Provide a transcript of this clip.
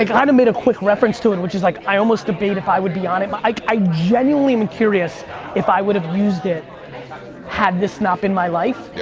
i kinda kind of made a quick reference to it, which is like, i almost debate if i would be on it but i genuinely am curious if i would've used it had this not been my life. yeah